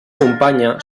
companya